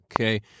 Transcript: Okay